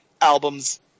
albums